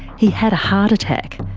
he had a heart attack,